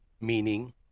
meaning